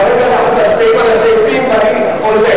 כרגע אנחנו מצביעים על הסעיפים ואני הולך.